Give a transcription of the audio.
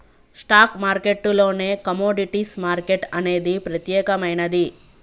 stock మార్కెట్టులోనే commodities market అనేది ప్రత్యేకమైనది